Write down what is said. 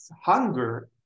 hunger